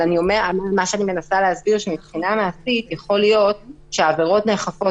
מה שאני מנסה להסביר זה שמבחינה מעשית יכול להיות שהעברות נאכפות